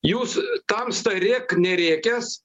jūs tamsta rėk nerėkęs